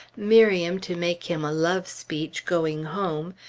miriam to make him a love speech going home,